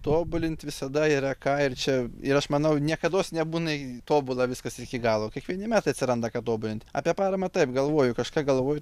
tobulint visada yra ką ir čia ir aš manau niekados nebūna tobula viskas iki galo kiekvieni metai atsiranda ką tobulint apie paramą taip galvoju kažką galvoju